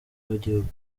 y’igihugu